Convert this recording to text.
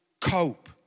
cope